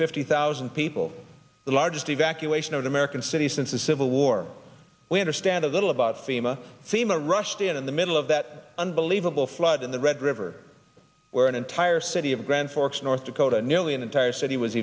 fifty thousand people the largest evacuation in american city since the civil war we understand a little about fema fema rushed in in the middle of that unbelievable flood in the red river where an entire city of grand forks north dakota nearly an entire city was